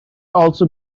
also